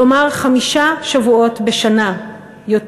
כלומר הן עובדות חמישה שבועות בשנה יותר